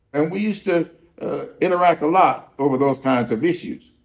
and we used to interact a lot over those kinds of issues.